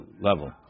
level